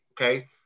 okay